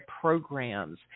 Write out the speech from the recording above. programs